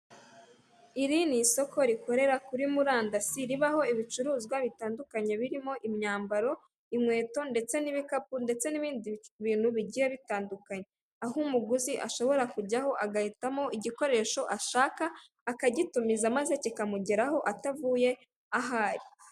Iri ni isoko rikorera kuri murandasi, ribaho ibicuruzwa bitandukanye birimo imyambaro, inkweto ndetse n'ibikapu ndetse n'ibindi bintu bigiye bitandukanye, aho umuguzi ashobora kujyaho agahitamo igikoresho ashaka, akagitumiza maze kikamugeraho atavuye ahari.